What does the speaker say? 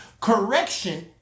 Correction